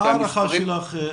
מה ההערכה שלכם